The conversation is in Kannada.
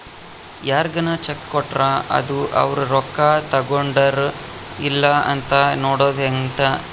ಯಾರ್ಗನ ಚೆಕ್ ಕೊಟ್ರ ಅದು ಅವ್ರ ರೊಕ್ಕ ತಗೊಂಡರ್ ಇಲ್ಲ ಅಂತ ನೋಡೋದ ಅಂತ